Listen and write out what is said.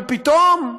אבל פתאום,